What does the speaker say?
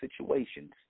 situations